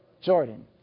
Jordan